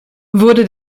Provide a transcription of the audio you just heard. wurde